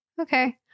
Okay